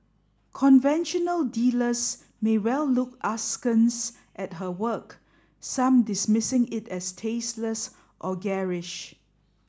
conventional dealers may well look askance at her work some dismissing it as tasteless or garish